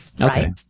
Okay